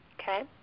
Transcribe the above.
Okay